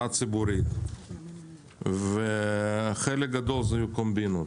הציבורית וחלק גדול מהם היו קומבינות,